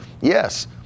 Yes